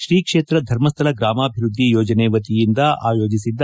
ಶ್ರೀ ಕ್ಷೇತ್ರ ಧರ್ಮಸ್ಥಳ ಗ್ರಾಮಾಭಿವೃದ್ಧಿ ಯೋಜನೆ ವತಿಯಿಂದ ಆಯೋಜಿಸಿದ್ದ